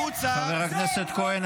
-- מתחילות לצאת החוצה --- חבר הכנסת כהן,